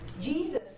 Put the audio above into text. Jesus